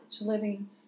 living